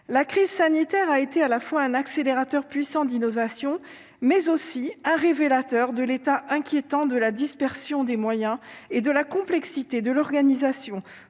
la crise sanitaire a été à la fois un accélérateur puissant d'innovation, mais aussi un révélateur de l'état inquiétant de la dispersion des moyens et de la complexité de l'organisation